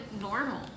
normal